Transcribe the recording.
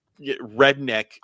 redneck